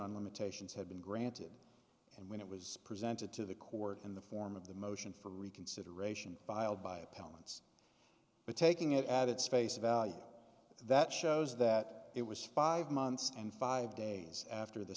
limitations had been granted and when it was presented to the court in the form of the motion for reconsideration filed by appellant but taking it added space value that shows that it was five months and five days after the